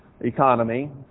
economy